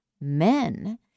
men